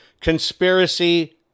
conspiracy